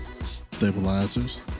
stabilizers